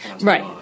Right